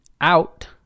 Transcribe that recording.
out